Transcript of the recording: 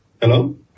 Hello